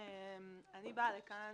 אני באה לכאן